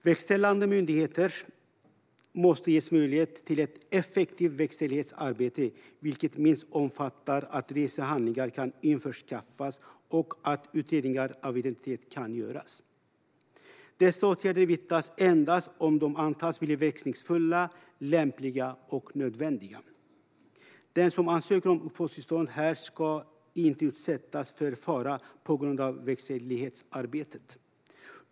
Verkställande myndigheter måste ges möjlighet till ett effektivt verkställighetsarbete, vilket minst omfattar att resehandlingar kan införskaffas och att utredningar av identitet kan göras. Dessa åtgärder vidtas endast om de antas bli verkningsfulla, lämpliga och nödvändiga. Den som ansöker om uppehållstillstånd här ska inte utsättas för fara på grund av verkställighetsarbetet.